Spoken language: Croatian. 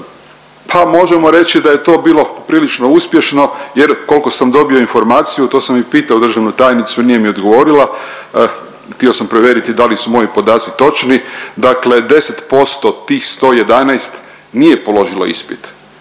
Pa možemo reći da je to bilo prilično uspješno jer koliko sam dobio informaciju to sam i pitao državnu tajnicu, nije mi odgovorila htio sam provjeriti da li su moji podaci točni. Dakle 10% od tih 111 nije položilo ispit.